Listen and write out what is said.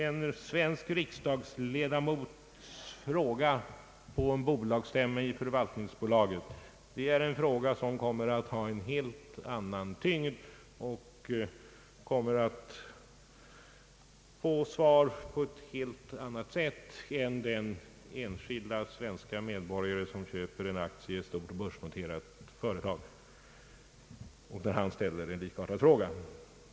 En riksdagsledamots fråga på en bolagsstämma i det statliga förvaltningsbolaget är en fråga med helt annan tyngd, och den kommer att få svar på ett helt annat sätt än vad den enskilde svenske medborgaren som köpt en aktie i ett stort börsnoterat företag får när han ställer en likartad fråga.